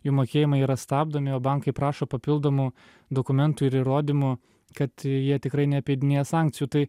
jų mokėjimai yra stabdomi o bankai prašo papildomų dokumentų ir įrodymų kad jie tikrai neapeidinėja sankcijų tai